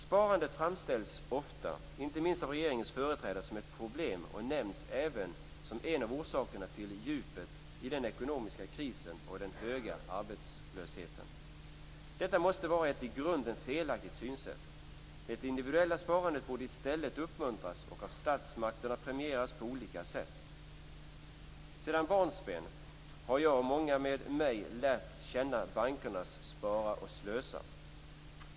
Sparandet framställs ofta, inte minst av regeringens företrädare, som ett problem och nämns även som en av orsakerna till djupet i den ekonomiska krisen och den höga arbetslösheten. Detta måste vara ett i grunden felaktigt synsätt. Det individuella sparandet borde i stället uppmuntras och av statsmakterna premieras på olika sätt. Sedan barnsben har jag och många med mig lärt känna bankernas Spara och Slösa.